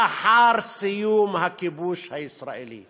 לאחר סיום הכיבוש הישראלי,